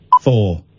Four